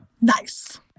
Nice